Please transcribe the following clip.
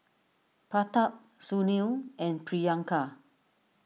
Pratap Sunil and Priyanka